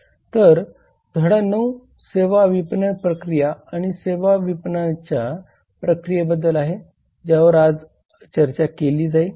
तर धडा 9 सेवा विपणन प्रक्रिया आणि सेवांच्या विपणन प्रक्रियेबद्दल आहे ज्यावर आज चर्चा केली जाईल